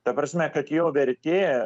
ta prasme kad jo vertė